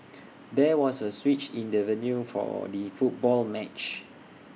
there was A switch in the venue for the football match